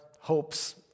hopes